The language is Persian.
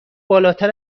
بالاتر